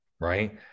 Right